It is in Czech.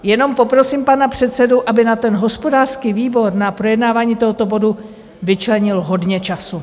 Jenom poprosím pana předsedu, aby na hospodářském výboru na projednávání tohoto bodu vyčlenil hodně času.